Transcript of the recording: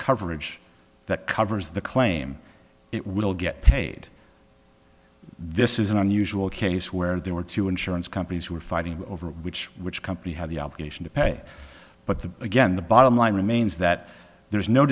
coverage that covers the claim it will get paid this is an unusual case where there were two insurance companies who were fighting over which which company had the obligation to pay but the again the bottom line remains that there is no